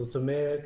זאת אומרת,